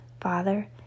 Father